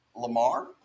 Lamar